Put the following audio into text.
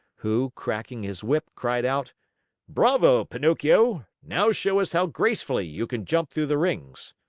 who, cracking his whip, cried out bravo, pinocchio! now show us how gracefully you can jump through the rings.